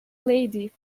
lady